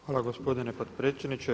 Hvala gospodine potpredsjedniče.